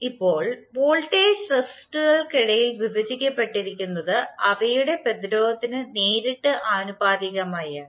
ഇപ്പോൾ വോൾട്ടേജ് റെസിസ്റ്ററുകൾക്കിടയിൽ വിഭജിക്കപ്പെട്ടിരിക്കുന്നത് അവയുടെ പ്രതിരോധത്തിന് നേരിട്ട് ആനുപാതികമാണ്